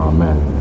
Amen